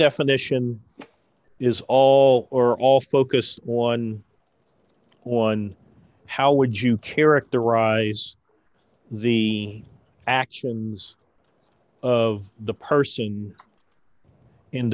definition is all or all focus one one how would you characterize the actions of the person in